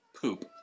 poop